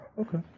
okay